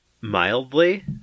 Mildly